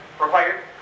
required